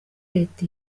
reta